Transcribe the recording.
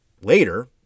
later